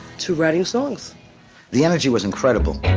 to writing songs the energy was incredible